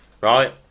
right